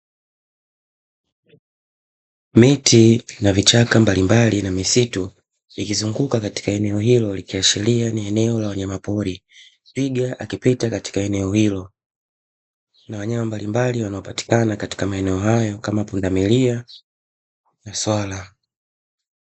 Miti na vichaka mbali mbali na misitu vikizunguka katika eneo hilo ikiashiria ni eneo la wanyama pori, twiga akipita katika eneo hilo na wanyama mbali mbali wanaopatikana katika maeneo hayo kama pundamilia na swala.